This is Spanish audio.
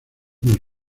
más